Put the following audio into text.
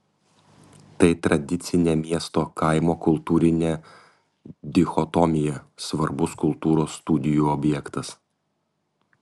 tai tradicinė miesto kaimo kultūrinė dichotomija svarbus kultūros studijų objektas